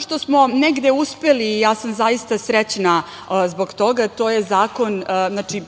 što smo negde uspeli, i ja sam zaista srećna zbog toga, to je,